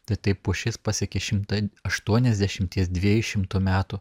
tai taip pušis pasiekia šimto aštuoniasdešimties dviejų šimtų metų